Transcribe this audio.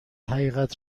حقیقت